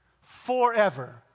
forever